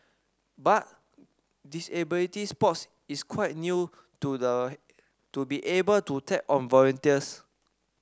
but disability sports is quite new to the to be able to tap on volunteers